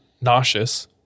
nauseous